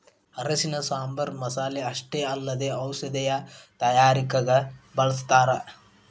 ಅರಿಶಿಣನ ಸಾಂಬಾರ್ ಮಸಾಲೆ ಅಷ್ಟೇ ಅಲ್ಲದೆ ಔಷಧೇಯ ತಯಾರಿಕಗ ಬಳಸ್ಥಾರ